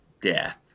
death